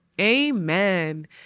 Amen